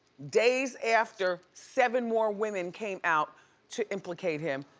days after seven more women came out to implicate him.